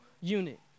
unit